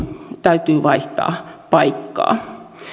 täytyy vaihtaa paikkaa